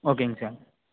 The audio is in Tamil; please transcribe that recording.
ஓகேங்க சார்